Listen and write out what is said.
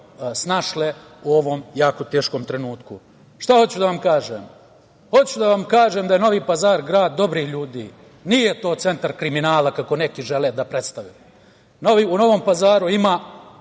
snašle u ovom jako teškom trenutku. Šta hoću da vam kažem? Hoću da vam kažem da je Novi Pazar grad dobrih ljudi, nije to centar kriminala kako neki žele da predstave. U Novom Pazaru ima